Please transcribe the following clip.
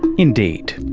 indeed.